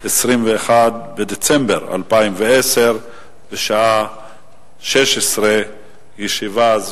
21 בדצמבר 2010, בשעה 16:00.